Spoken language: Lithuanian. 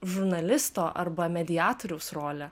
žurnalisto arba mediatoriaus rolę